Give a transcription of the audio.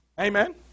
Amen